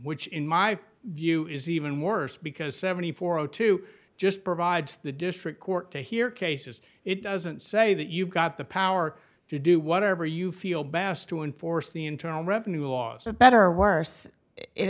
which in my view is even worse because seventy four o two just provides the district court to hear cases it doesn't say that you've got the power to do whatever you feel bass to enforce the internal revenue laws are better or worse it